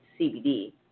CBD